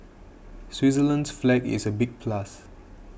Switzerland's flag is a big plus